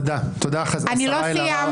תודה, השרה אלהרר.